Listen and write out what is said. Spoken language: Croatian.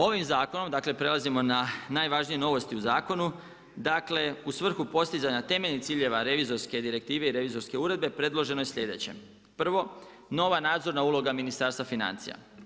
Ovim zakonom prelazimo na najvažnije novosti u zakonu, dakle u svrhu postizanja temeljnih ciljeva revizorske direktive i revizorske uredbe predloženo je sljedeće: Prvo, nova nadzorna uloga Ministarstva financija.